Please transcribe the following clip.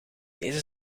deze